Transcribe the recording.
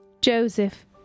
Joseph